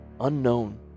unknown